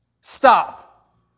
stop